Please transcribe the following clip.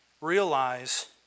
realize